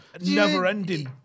never-ending